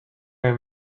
are